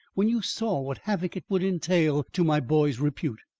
when you saw what havoc it would entail to my boy's repute.